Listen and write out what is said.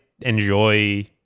enjoy